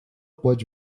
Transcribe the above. pode